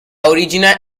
origine